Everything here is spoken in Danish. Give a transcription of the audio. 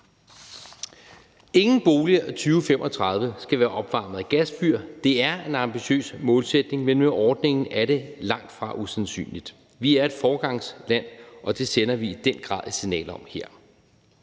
Ingen boliger i 2035 skal være opvarmet af gasfyr. Det er en ambitiøs målsætning, men med ordningen er det langtfra usandsynligt. Vi er et foregangsland, og det sender vi i den grad et signal om her.